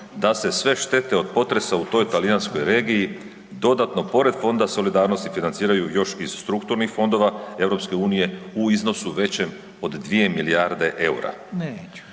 da se sve štete od potresa u toj talijanskoj regiji dodatno pored Fonda solidarnosti financiraju još iz strukturnih fondova EU u iznosu većem od 2 milijarde EUR-a. U